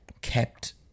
kept